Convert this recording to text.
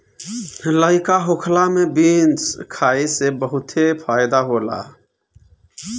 लइका होखला में बीन्स खाए से बहुते फायदा होला